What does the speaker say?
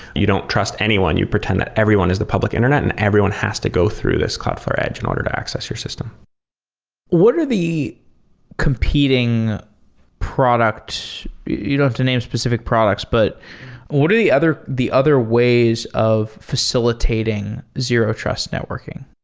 you don't trust anyone. you pretend everyone is the public internet and everyone has to go through this cloudflare edge in order to access your system what are the competing products you don't have to name specific products, but what are the other the other ways of facilitating zero-trust networking?